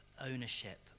ownership